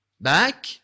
back